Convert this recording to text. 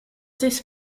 this